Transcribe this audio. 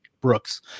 Brooks